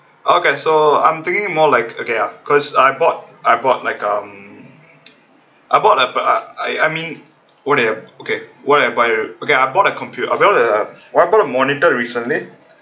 okay so I'm thinking more like okay uh cause I bought I bought like um I bought a pro~ I mean what I okay what I buy okay I bought a computer I bought a monitor recently